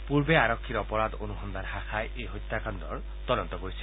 পূৰ্বে আৰক্ষীৰ অপৰাধ অনুসন্ধান শাখাই এই হত্যাকাণ্ডৰ তদন্ত কৰিছিল